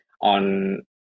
on